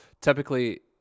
typically